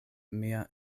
mia